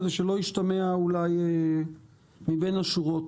כדי שלא ישתמע אולי מבין השורות: